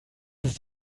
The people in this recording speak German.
ist